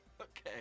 Okay